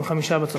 אם חמישה בצפון,